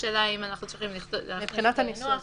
השאלה אם אנחנו צריכים --- מבחינת הניסוח,